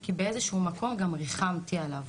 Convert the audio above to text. כי באיזה שהוא מקום גם ריחמתי עליו,